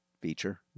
feature